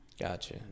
Gotcha